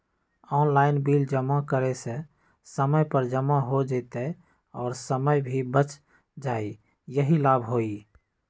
Online bill जमा करे से समय पर जमा हो जतई और समय भी बच जाहई यही लाभ होहई?